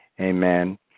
Amen